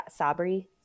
Sabri